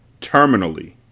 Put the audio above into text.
terminally